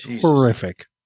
Horrific